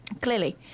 clearly